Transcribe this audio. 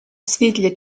світлі